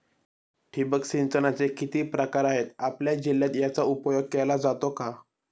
ठिबक सिंचनाचे किती प्रकार आहेत? आपल्या जिल्ह्यात याचा उपयोग केला जातो का?